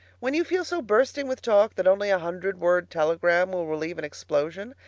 when you feel so bursting with talk that only a hundred-word telegram will relieve an explosion,